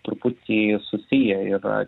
truputį susiję yra